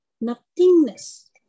nothingness